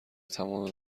تمام